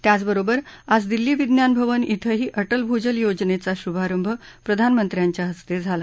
त्याचबरोबर आज दिल्ली विज्ञान भवन श्वेंही अटल भूजल योजनेचा शुभारंभ प्रधानमंत्र्यांच्या हस्ते झालं